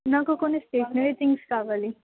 నాకు కొన్ని stationery things కావాలి